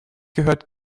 gehört